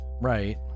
Right